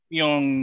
yung